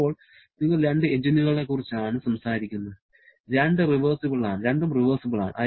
ഇപ്പോൾ നിങ്ങൾ രണ്ട് എഞ്ചിനുകളെക്കുറിച്ചാണ് സംസാരിക്കുന്നത് രണ്ടും റിവേഴ്സിബിൾ ആണ്